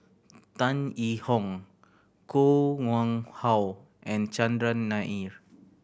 Tan Yee Hong Koh Nguang How and Chandran Nair